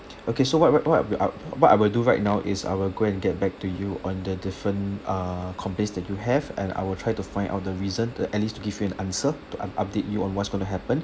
okay so what what what I will I what I will do right now is I will go and get back to you on the different uh complaints that you have and I will try to find out the reason the at least give you an answer to u~ update you on what's going to happen